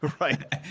right